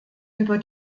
über